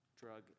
drug